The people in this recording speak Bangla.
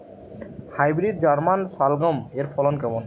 হাইব্রিড জার্মান শালগম এর ফলন কেমন?